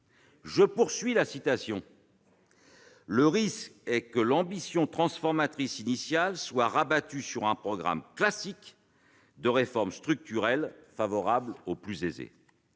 Je poursuis la citation :« Le risque est que l'ambition transformatrice initiale soit rabattue sur un programme classique de réformes structurelles favorables aux plus aisés.